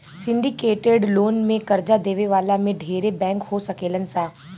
syndicated loan में कर्जा देवे वाला में ढेरे बैंक हो सकेलन सा